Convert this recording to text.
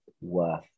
worth